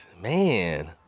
man